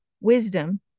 wisdom